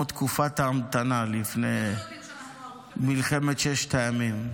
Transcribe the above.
תקופת ההמתנה לפני מלחמת ששת הימים.